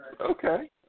Okay